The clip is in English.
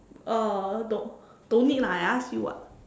uh don't don't need lah I ask you [what]